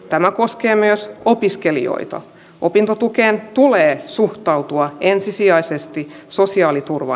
tämä koskee myös opiskelijoita opintotukeen tulee suhtautua ensisijaisesti sosiaaliturva